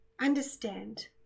understand